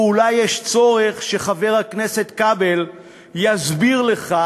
ואולי יש צורך שחבר הכנסת כבל יסביר לך